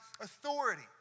authority